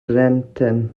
blentyn